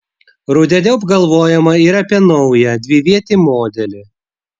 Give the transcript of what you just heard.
rudeniop galvojama ir apie naują dvivietį modelį